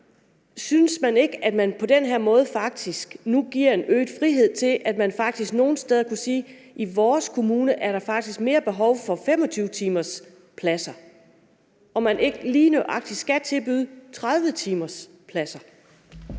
Synes man ikke, at man på den her måde faktisk nu giver en øget frihed til, at man nogle steder kunne sige, at i vores kommune er der faktisk mere behov for 25-timerspladser, og at man ikke lige nøjagtig skal tilbyde 30-timerspladser?